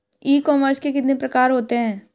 ई commerce के कितने प्रकार होते हैं?